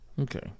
Okay